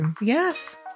Yes